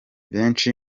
benshi